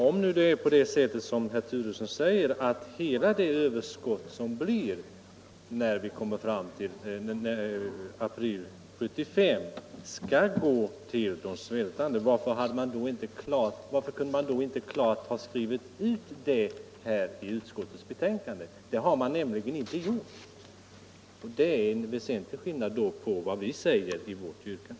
Om det är som herr Turesson påstår att hela det överskott som kan konstateras i april 1975 skall gå till de svältande, varför har då utskottet inte skrivit det i sitt betänkande? Det har utskottet inte gjort, vilket innebär en väsentlig skillnad jämfört med vårt yrkande.